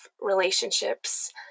relationships